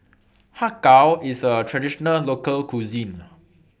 Har Kow IS A Traditional Local Cuisine